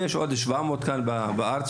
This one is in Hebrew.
ויש עוד 700 שמסיימים כאן בארץ.